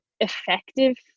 effective